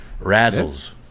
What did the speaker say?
Razzles